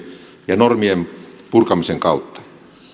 ja normien purkamisen kautta